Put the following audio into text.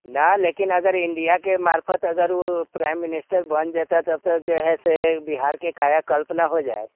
नहि लेकिन अगर इन्डियाके मार्फत अगर ओ प्राइम मिनिस्टर बनि जेतै जे छै से बिहारके कायाकल्प ने हो जाइत